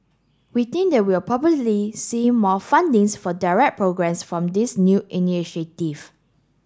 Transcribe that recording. we think that we'll probably see more fundings for direct programmes from this new initiative